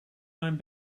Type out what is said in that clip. mijn